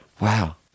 Wow